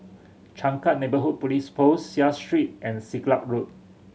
Changkat Neighbourhood Police Post Seah Street and Siglap Road